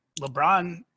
LeBron